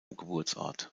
geburtsort